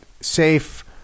safe